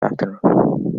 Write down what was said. afternoon